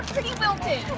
pretty wilted.